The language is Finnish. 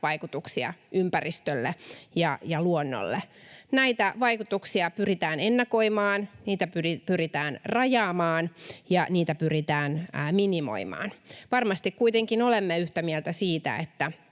vaikutuksia ympäristölle ja luonnolle. Näitä vaikutuksia pyritään ennakoimaan, niitä pyritään rajaamaan ja niitä pyritään minimoimaan. Varmasti kuitenkin olemme yhtä mieltä siitä, että